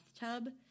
bathtub